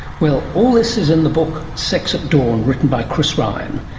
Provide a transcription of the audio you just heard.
well, all this is in the book sex at dawn, written by chris ryan,